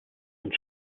und